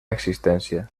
existència